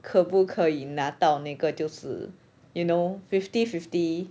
可不可以拿到那个就是 you know fifty fifty